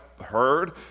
heard